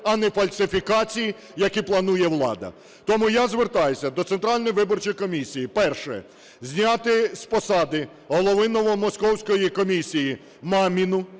а не фальсифікацій, які планує влада. Тому я звертаюся до Центральної виборчої комісії: перше – зняти з посади голову новомосковської комісії Маміну,